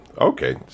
okay